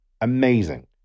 Amazing